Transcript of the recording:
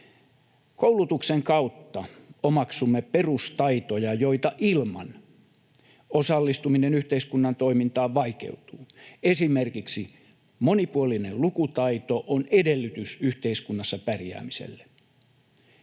Koulutuksen kautta omaksumme perustaitoja, joita ilman osallistuminen yhteiskunnan toimintaan vaikeutuu. Esimerkiksi monipuolinen lukutaito on edellytys yhteiskunnassa pärjäämiselle.